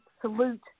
salute